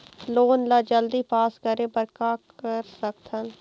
Loan ला जल्दी pass करे बर का कर सकथन?